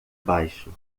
baixo